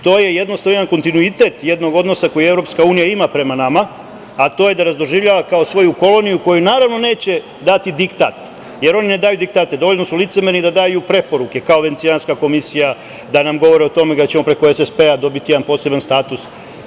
To je jedan kontinuitet jednog odnosa koji EU ima prema nama, a to je da nas doživljava kao svoju koloniju, koju naravno neće dati diktat, jer oni ne daju diktate, dovoljno su licemerni da daju preporuke kao Venecijanska komisija, da nam govore o tome da ćemo SPP dobiti jedan poseban status.